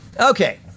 Okay